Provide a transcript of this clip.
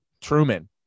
Truman